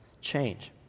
change